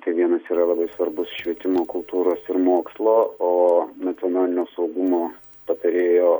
tai vienas yra labai svarbus švietimo kultūros ir mokslo o nacionalinio saugumo patarėjo